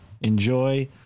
enjoy